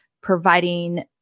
providing